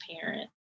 parent